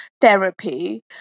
therapy